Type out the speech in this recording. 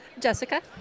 Jessica